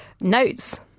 Notes